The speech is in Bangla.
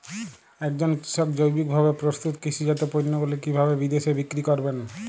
একজন কৃষক জৈবিকভাবে প্রস্তুত কৃষিজাত পণ্যগুলি কিভাবে বিদেশে বিক্রি করবেন?